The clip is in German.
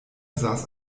saß